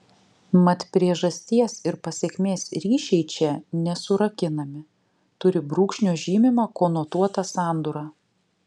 mat priežasties ir pasekmės ryšiai čia nesurakinami turi brūkšnio žymimą konotuotą sandūrą